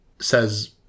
says